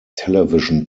television